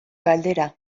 galdera